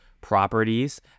properties